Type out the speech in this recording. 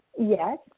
Yes